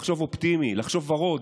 לחשוב אופטימי, לחשוב ורוד.